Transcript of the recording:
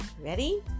Ready